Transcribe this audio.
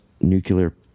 nuclear